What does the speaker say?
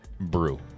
brew